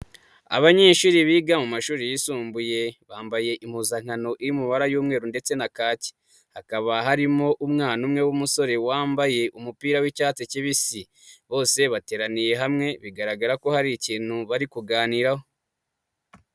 Abanyeshuri biga mu mashuri yisumbuye, bambaye impuzankano iri mu mabara y'umweru ndetse na kaki. Hakaba harimo umwana umwe w'umusore wambaye umupira w'icyatsi kibisi. Bose bateraniye hamwe bigaragara ko hari ikintu bari kuganiraho.